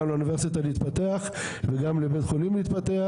לאוניברסיטה להתפתח וגם לבית החולים להתפתח,